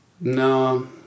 No